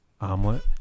omelet